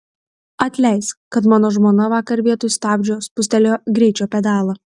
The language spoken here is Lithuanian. atleisk kad mano žmona vakar vietoj stabdžio spustelėjo greičio pedalą